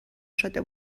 شده